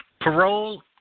Parole